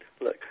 look